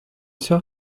sœur